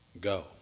Go